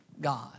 God